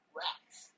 rats